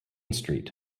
street